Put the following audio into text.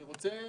אני רוצה